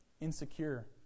insecure